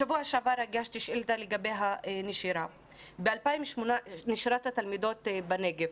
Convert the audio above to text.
בשבוע שעבר הגשתי שאילתה לגבי נשירת התלמידות בנגב.